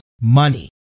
money